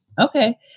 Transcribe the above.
Okay